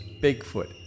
Bigfoot